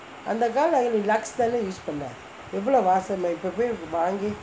அந்த காலம் நீ:antha kaalam nee Lux தானே:thaanae use பண்ண எவ்ளோ வாசம் இப்போ போய் வாங்கு:panna evlo vaasam ippo poi vaangu